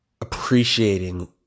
appreciating